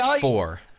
four